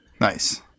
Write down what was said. Nice